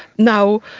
now,